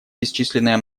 бесчисленное